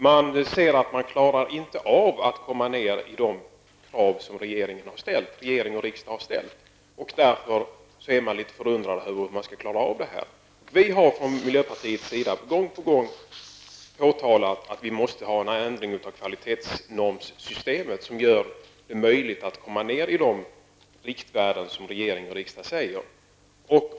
Man ser att man inte klarar de krav som regering och riksdag har fastställt, och man är därför litet undrande inför hur man skall klara av att uppnå riksdagens mål. Vi har från miljöpartiets sida gång på gång påjakat att man måste införa ett kvalitetsnormsystem som gör det möjligt att komma ner i de riktvärden som regering och riksdag fastställt.